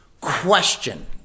Question